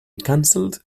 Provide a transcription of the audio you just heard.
cancelled